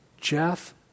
Jeff